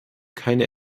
keine